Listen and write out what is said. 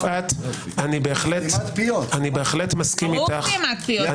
יפעת, אני מסכים איתך- -- סתימת פיות.